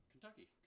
Kentucky